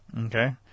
Okay